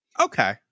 Okay